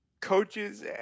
coaches